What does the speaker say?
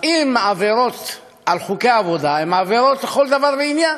אם עבירות על חוקי העבודה הן עבירות לכל דבר ועניין,